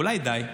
אולי די?